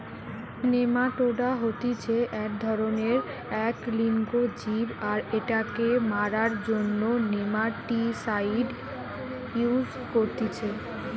nematoda হতিছে এক ধরণেরএক লিঙ্গ জীব আর এটাকে মারার জন্য নেমাটিসাইড ইউস করতিছে